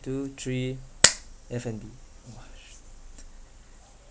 two three F&B !wah! shoot